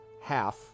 half